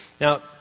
Now